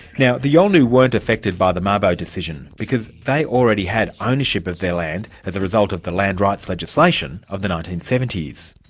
now the yolngu weren't affected by the mabo decision because they already had ownership of their land as a result of the land rights legislation of the nineteen seventy s.